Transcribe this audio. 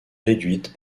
réduite